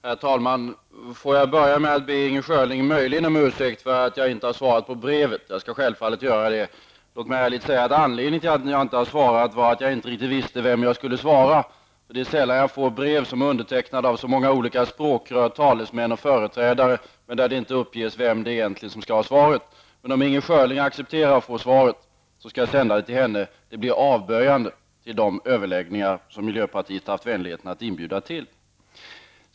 Herr talman! Jag vill börja med att be Inger Schörling om ursäkt för att jag inte har svarat på brevet. Jag skall självfallet göra det. Låg mig ärligt säga att anledningen till att jag inte har svarat är att jag inte riktigt visste vem jag skulle svara. Det är sällan jag får brev som är undertecknade av så många olika språkrör, talesmän och företrädare men där det inte uppges vem det egentligen är som skall ha svaret. Om Inger Schörling accepterar att få svaret, skall jag sända det till henne. Det blir avböjande till de överläggningar som miljöpartiet haft vänligheten att inbjuda till.